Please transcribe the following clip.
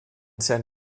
san